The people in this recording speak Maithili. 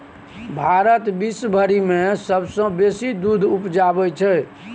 भारत विश्वभरि मे सबसँ बेसी दूध उपजाबै छै